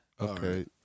Okay